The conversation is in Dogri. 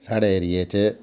साढे एरिये च